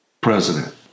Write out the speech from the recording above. president